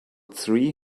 three